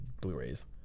Blu-rays